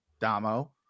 Damo